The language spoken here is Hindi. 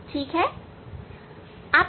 ठीक है